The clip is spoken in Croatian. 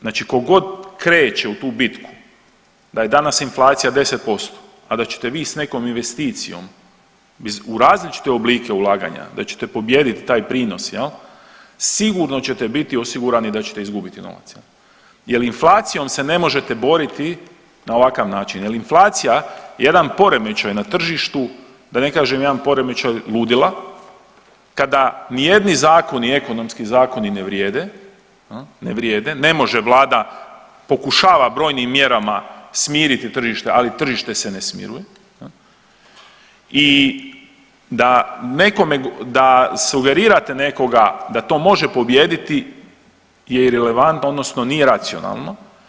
Znači kogod kreće u tu bitku da je danas inflacija 10%, a da ćete vi s nekom investicijom u različite oblike ulaganja da ćete pobijedit taj prinos, sigurno ćete biti osigurani da ćete izgubiti novac jel inflacijom se ne možete boriti na ovakav način, jel je inflacija jedan poremećaj na tržištu, da ne kažem jedan poremećaj ludila kada nijedni zakoni ekonomski zakoni ne vrijede, ne vrijede, ne može vlada, pokušava brojim mjerama smiriti tržište, ali tržište se ne smiruje i da nekome sugerirate nekoga da to može pobijediti je irelevantno odnosno nije racionalno.